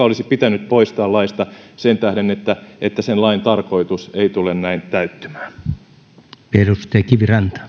olisi pitänyt poistaa laista sen tähden että että sen lain tarkoitus ei tule näin täyttymään